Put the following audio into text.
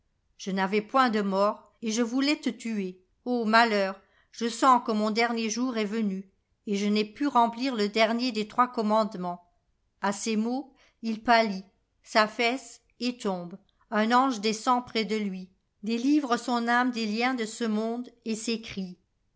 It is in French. je n'avais point de mort et je voulais te tuer ô malheur je sens que mon dernier jour est venu et je n'ai pu remplir le dernier des trois commandements a ces mots il pâlit s'affaisse et tombe un ange descend près de lui délivre son âme des liens de ce monde et sècrie